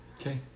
Okay